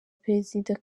perezida